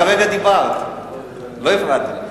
את כרגע דיברת ולא הפרעתי לך,